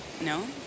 No